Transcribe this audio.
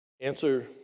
Answer